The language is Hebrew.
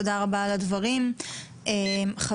תודה רבה על הדברים, חבר